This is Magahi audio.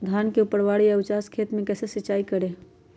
धान के ऊपरवार या उचास खेत मे कैसे सिंचाई करें?